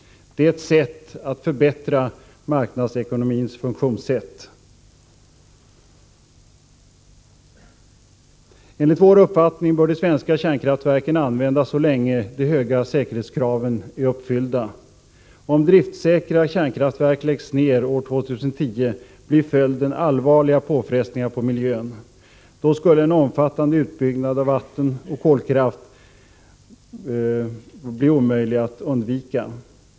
Det är ett sätt att förbättra marknadsekonomins funktionssätt. Enligt vår uppfattning bör de svenska kärnkraftverken användas så länge de höga säkerhetskraven är uppfyllda. Om driftsäkra kärnkraftverk läggs ned år 2010 blir följden allvarliga påfrestningar på miljön. Då skulle en omfattande utbyggnad av vattenoch kolkraft bli omöjlig att undvika.